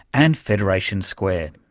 and federation squareso,